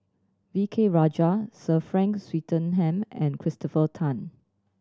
V K Rajah Sir Frank Swettenham and Christopher Tan